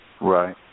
right